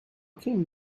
came